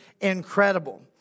incredible